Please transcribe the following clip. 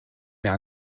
mehr